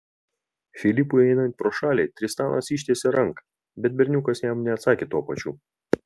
filipui einant pro šalį tristanas ištiesė ranką bet berniukas jam neatsakė tuo pačiu